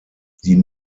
die